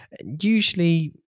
usually